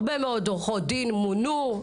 הרבה מאוד עורכות-דין מונו.